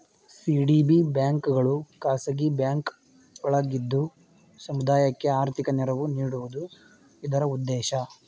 CDB ಬ್ಯಾಂಕ್ಗಳು ಖಾಸಗಿ bank ಒಳಗಿದ್ದು ಸಮುದಾಯಕ್ಕೆ ಆರ್ಥಿಕ ನೆರವು ನೀಡುವುದು ಇದರ ಉದ್ದೇಶ